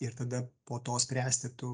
ir tada po to spręsti tu